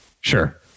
Sure